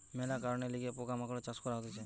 মেলা কারণের লিগে পোকা মাকড়ের চাষ করা হতিছে